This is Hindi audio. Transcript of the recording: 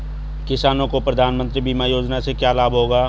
किसानों को प्रधानमंत्री बीमा योजना से क्या लाभ होगा?